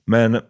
Men